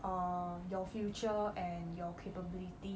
err your future and your capability